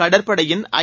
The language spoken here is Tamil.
கடற்படையின் ஐ